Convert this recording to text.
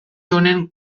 honen